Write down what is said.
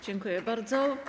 Dziękuję bardzo.